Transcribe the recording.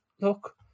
look